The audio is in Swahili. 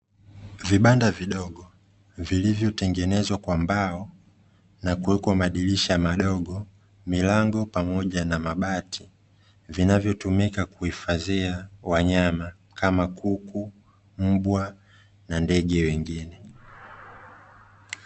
Vibanda vidogo vilivyotengenezwa kwa mbao na kuweka madirisha madogo, milango pamoja na mabati vinavyotumika kuhifadhia wanyama kama: kuku, mbwa na ndege wengine.